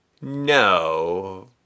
No